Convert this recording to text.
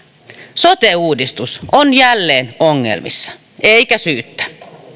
sote uudistus on jälleen ongelmissa eikä syyttä